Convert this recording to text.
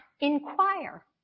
inquire